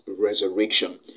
resurrection